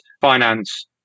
finance